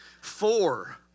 Four